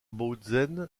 bautzen